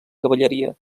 cavalleria